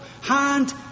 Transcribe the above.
hand